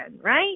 right